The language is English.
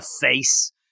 Face